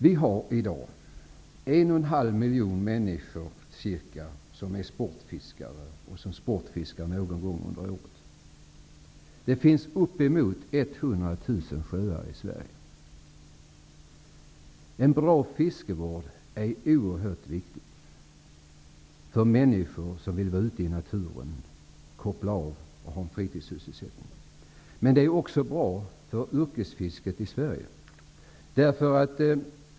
Det finns i dag 1,5 miljoner människor som sportfiskar någon gång under året, och det finns uppemot 100 000 sjöar i Sverige. En bra fiskevård är oerhört viktigt för människor som vill vara ute i naturen, koppla av och sysselsätta sig på sin fritid. Men det är också bra för yrkesfisket i Sverige.